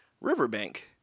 riverbank